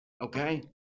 Okay